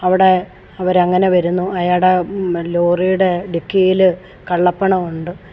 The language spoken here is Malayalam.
അവിടെ അവർ അങ്ങനെ വരുന്നു അയാളുടെ ലോറിയുടെ ഡിക്കിയിൽ കള്ളപ്പണം ഉണ്ട്